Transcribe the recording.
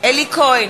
אלי כהן,